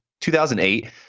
2008